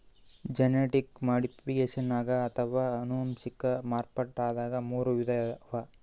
genetic ಮಾಡಿಫಿಕೇಷನ್ದಾಗ್ ಅಥವಾ ಅನುವಂಶಿಕ್ ಮಾರ್ಪಡ್ದಾಗ್ ಮೂರ್ ವಿಧ ಅವಾ